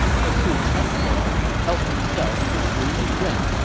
and the two chess players helped themselves to the food and drink,